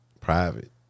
private